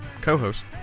co-host